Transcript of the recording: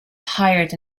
hired